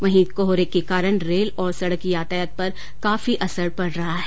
वहीं कोहरे के ॅकारण रेल और सड़क यातायात पर काफी असर पड रहा है